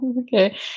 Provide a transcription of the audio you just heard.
okay